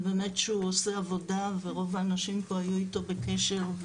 ובאמת שהוא עושה עבודה ורוב האנשים פה היו איתו בקשר.